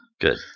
Good